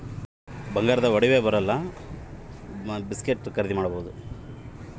ನಮ್ಮ ಮೊಬೈಲಿನಾಗ ಇರುವ ಪೋನ್ ಪೇ ನಲ್ಲಿ ಬಂಗಾರದ ಒಡವೆ ಖರೇದಿ ಮಾಡಬಹುದೇನ್ರಿ?